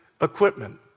equipment